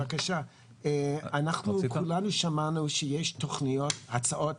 אנחנו כולנו שמענו שיש הצעות